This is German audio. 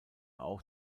auch